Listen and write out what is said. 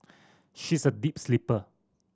she's a deep sleeper